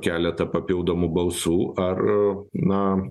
keletą papildomų balsų ar na